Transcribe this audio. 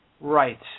Right